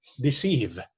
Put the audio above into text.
deceive